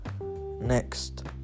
next